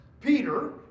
Peter